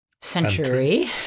century